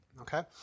Okay